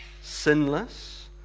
Sinless